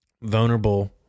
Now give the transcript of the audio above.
vulnerable